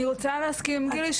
אני רוצה להסכים גילי,